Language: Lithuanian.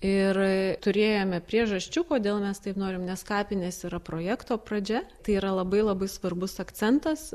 ir turėjome priežasčių kodėl mes taip norim nes kapinės yra projekto pradžia tai yra labai labai svarbus akcentas